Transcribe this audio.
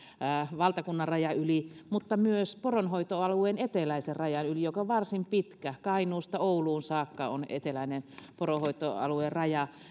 valtakunnanrajan yli mutta myös poronhoitoalueen eteläisen rajan yli joka on varsin pitkä kainuusta ouluun saakka on eteläinen poronhoitoalueen raja